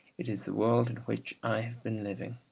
it is the world in which i have been living.